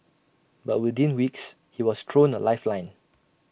but within weeks he was thrown A lifeline